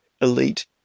elite